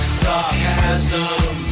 sarcasm